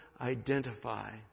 identify